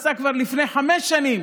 עשה כבר לפני חמש שנים,